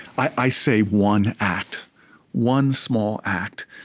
i say one act one small act.